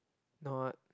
not